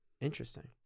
Interesting